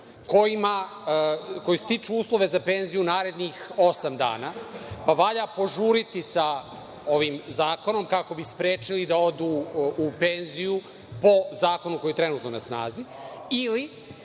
koji stiču uslove za penziju narednih osam dana, pa valja požuriti sa ovim zakonom kako bi sprečili da odu u penziju po zakonu koji je trenutno na snazi, ili